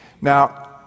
now